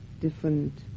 different